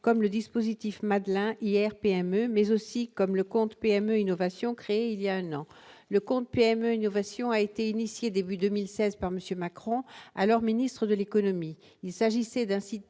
comme le dispositif Madelin hier PME mais aussi comme le compte PME Innovation, créé il y a un an, le compte PME une ovation a été initiée début 2016 par monsieur Macron, alors ministre de l'économie,